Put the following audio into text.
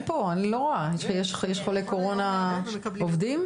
אני לא רואה שיש חולי קורונה, עובדים?